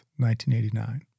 1989